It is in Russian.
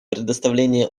предоставления